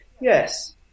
yes